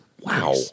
Wow